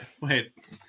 wait